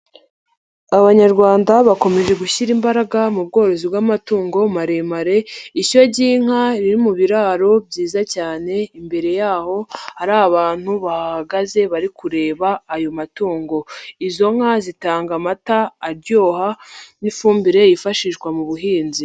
Abanyarwanda bakomeje gushyira imbaraga mu bworozi bw'amatungo maremare, ishyo ry'inka riri mu biraro byiza cyane, imbere yaho hari abantu bahahagaze bari kureba ayo matungo. Izo nka zitanga amata aryoha n'ifumbire yifashishwa mu buhinzi.